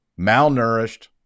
malnourished